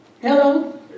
Hello